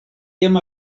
jam